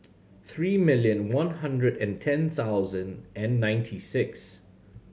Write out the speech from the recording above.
three million one hundred and ten thousand and ninety six